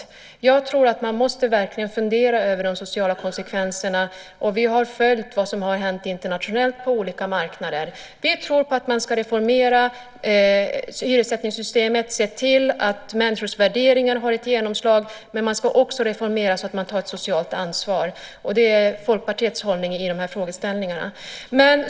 Jag tror att vi verkligen måste fundera över de sociala konsekvenserna. Vi har också följt vad som hänt på olika marknader internationellt. Vi tror på en reformering av hyressättningssystemet. Vi måste se till att människors värderingar får genomslag, men vi ska också reformera så att vi tar ett socialt ansvar. Det är Folkpartiets hållning i dessa frågor.